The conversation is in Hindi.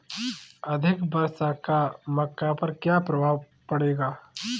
अधिक वर्षा का मक्का पर क्या प्रभाव पड़ेगा?